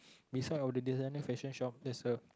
beside of the designer fashion shop there's a